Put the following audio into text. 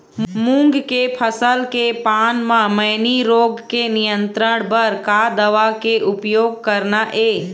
मूंग के फसल के पान म मैनी रोग के नियंत्रण बर का दवा के उपयोग करना ये?